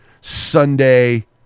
Sunday